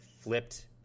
flipped